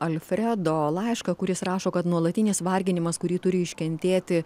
alfredo laišką kuris rašo kad nuolatinis varginimas kurį turi iškentėti